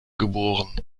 geboren